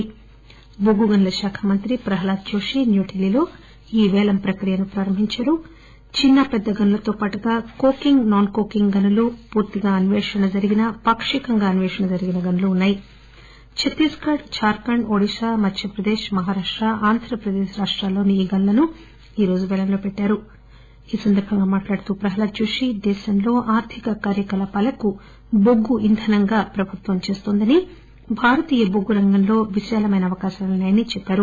గనుల బొగ్గు గనుల శాఖ మంత్రి ప్రహాద్ జోషి న్యూఢిల్లీలో ఈ పేలం ప్రక్రియను ప్రారంభించారు చిన్నా పెద్దా గనులతోపాటు కోకింగ్ నాన్కోకింగ్ గనులు పూర్తిగా అస్వేషణ జరిగిన పాక్షికంగా అస్వేషణ జరిగిన గనులు ఉన్నాయి ఛత్తీస్థడ్ రుూర్ఖండ్ ఒడిశా మధ్యప్రదేశ్ మహారాష్ట ఆంధ్రప్రదేశ్ లో ఈ గనులను ఈ రోజు పేలంలో పెట్టారు ఈ సందర్భంగా మాట్టాడుతూ ప్రహ్టాద్ జోషి దేశంలో ఆర్థిక కార్యకలాపాలకు బొగ్గు ఇంధనంగా ప్రభుత్వం చేస్తోందని భారతీయ బొగ్గు రంగాల్లో విశాలమైన అవకాశాలున్నాయని చెప్పారు